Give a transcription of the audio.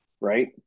right